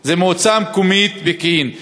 היא המועצה המקומית פקיעין.